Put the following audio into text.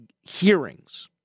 hearings